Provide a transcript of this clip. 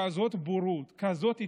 כזאת בורות, כזאת התנשאות,